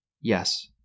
Yes